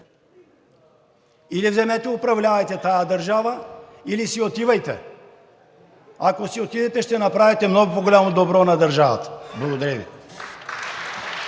Или вземете да управлявате тази държава, или си отивайте. Ако си отидете, ще направите много по-голямо добро на държавата. Благодаря Ви.